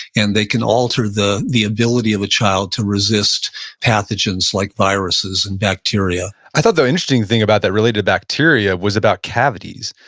and they can alter the the ability of the child to resist pathogens like viruses and bacteria i thought the interesting thing about that related bacteria was about cavities.